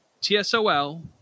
TSOL